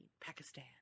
pakistan